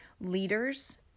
leaders